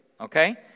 okay